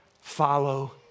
follow